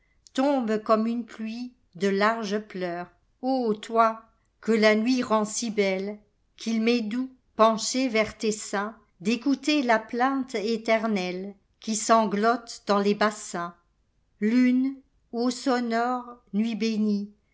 tombe comme une pluie de larges pleurs toi que la nuit rend si belle qu'il m'est doux penché vers tes seins d'écouter la plainte éternelle qui sanglote dans les bassins lune eau sonore nuit bénie